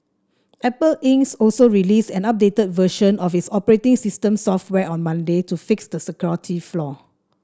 Apple Ins also released an updated version of its operating system software on Monday to fix the security flaw